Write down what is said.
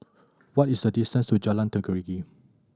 what is the distance to Jalan Tenggiri